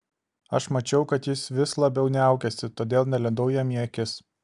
aš mačiau kad jis vis labiau niaukiasi todėl nelindau jam į akis